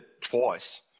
twice